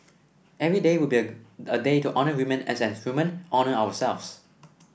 every day would be a day to honour women and as women honour ourselves